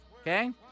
okay